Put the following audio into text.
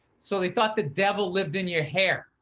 so they thought the devil lived in your hair.